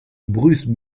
bruce